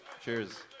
Cheers